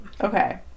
Okay